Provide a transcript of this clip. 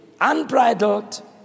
unbridled